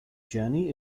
journey